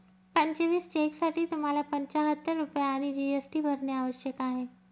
पंचवीस चेकसाठी तुम्हाला पंचाहत्तर रुपये आणि जी.एस.टी भरणे आवश्यक आहे